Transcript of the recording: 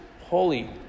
holy